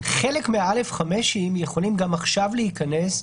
חלק מ-א5 יכולים גם עכשיו להיכנס,